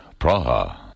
Praha